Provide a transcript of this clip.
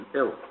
ill